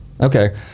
Okay